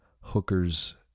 hookers